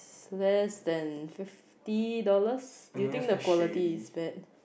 less than fifty dollars do you think the quality is bad